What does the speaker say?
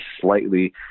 slightly